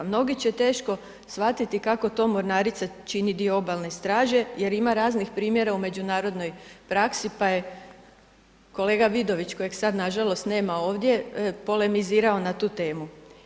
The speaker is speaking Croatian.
Mnogi će teško shvatiti kako to mornarica čini dio obalne straže jer ima raznih primjera u međunarodnoj praksi pa je kolega Vidović kojeg sad nažalost nema ovdje polemizirao na tu temu.